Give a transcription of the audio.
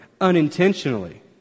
unintentionally